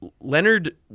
Leonard